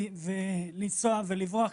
לנסוע ולברוח,